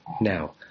Now